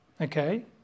okay